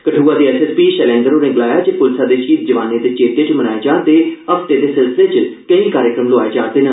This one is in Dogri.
कठुआ दे एससपी शैलेन्द्र होरें गलाया जे पुलसा दे शहीद जवाने दे चेत्ते च मनाए जा'रदे हफ्ते दे सिलसिले च केई कार्यक्रम लोआए जा'रदे न